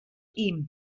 ihm